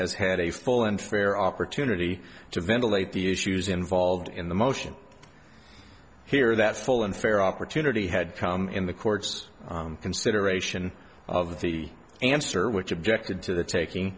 has had a full and fair opportunity to ventilate the issues involved in the motion here that full and fair opportunity had come in the court's consideration of the answer which objected to the taking